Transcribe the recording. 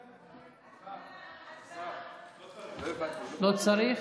לא צריך?